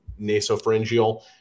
nasopharyngeal